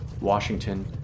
Washington